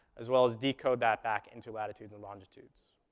as well as decode that back into latitudes and longitudes.